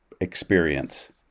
experience